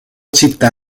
città